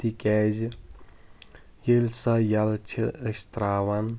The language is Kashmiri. تِکیازِ ییٚلہِ سۄ یَلہٕ چھِ أسۍ تَرٛاوان